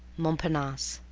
montparnasse,